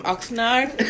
Oxnard